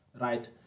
Right